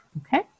okay